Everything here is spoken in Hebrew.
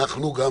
אנחנו גם